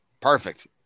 Perfect